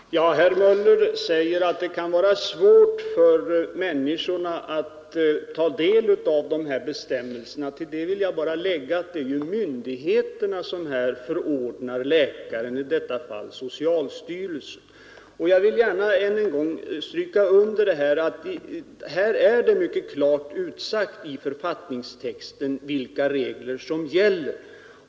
i Nordsjön Herr talman! Herr Möller säger att det kan vara svårt för människorna att ta del av dessa bestämmelser. Till det vill jag bara lägga att det är myndigheterna som förordnar läkaren — i detta fall socialstyrelsen. Jag vill gärna än en gång understryka att det är klart utsagt i författningstexten vilka regler som gäller.